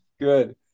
Good